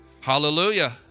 Hallelujah